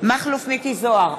מכלוף מיקי זוהר,